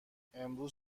امروز